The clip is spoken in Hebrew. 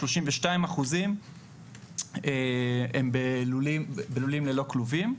32% הם בלולים ללא כלובים.